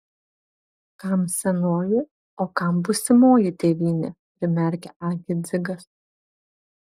kam senoji o kam būsimoji tėvynė primerkė akį dzigas